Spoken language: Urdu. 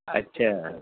اچھا